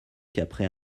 qu’après